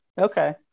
Okay